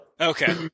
Okay